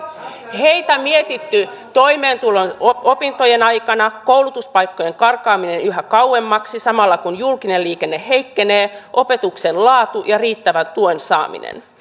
heitä mietitytti toimeentulo opintojen aikana koulutuspaikkojen karkaaminen yhä kauemmaksi samalla kun julkinen liikenne heikkenee opetuksen laatu ja riittävän tuen saaminen